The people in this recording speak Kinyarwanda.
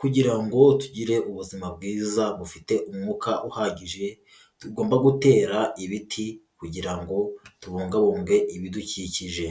kugira ngo tugire ubuzima bwiza bufite umwuka uhagije tugomba gutera ibiti kugira ngo tubungabunge ibidukikije.